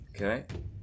Okay